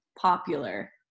popular